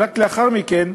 ורק לאחר מכן,